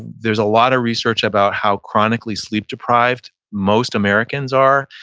there's a lot of research about how chronically sleep deprived most americans are.